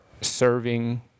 serving